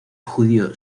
judío